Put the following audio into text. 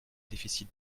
déficit